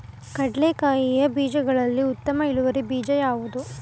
ಕಡ್ಲೆಕಾಯಿಯ ಬೀಜಗಳಲ್ಲಿ ಉತ್ತಮ ಇಳುವರಿ ಬೀಜ ಯಾವುದು?